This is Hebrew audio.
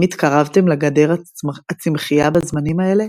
אם התקרבתם לגדר הצמחיה בזמנים האלה,